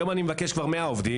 היום אני מבקש כבר 100 עובדים,